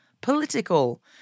political